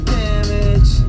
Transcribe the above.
damage